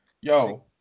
Yo